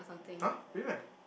!huh! really meh